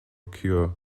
cure